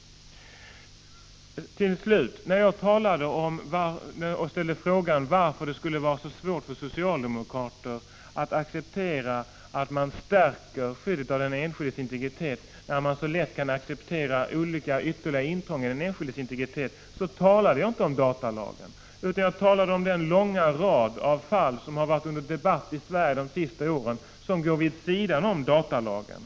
Då jag frågade varför det skulle vara så svårt för socialdemokrater att acceptera att man stärker skyddet av den enskildes integritet, när man så lätt kan acceptera olika ytterligare intrång i den enskildes integritet, så talade jag Prot. 1985/86:53 inte om datalagen. Jag talade om den långa rad av fall som har varit under 17 december 1985 debatt i Sverige de senaste åren och som står vid sidan om datalagen.